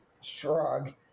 shrug